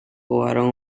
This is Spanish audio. jugaron